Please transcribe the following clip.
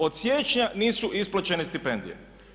Od siječnja nisu isplaćene stipendije.